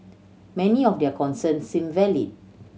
many of their concerns seemed valid